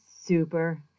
super